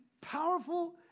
powerful